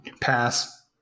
pass